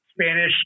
Spanish